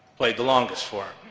played the longest for